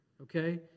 okay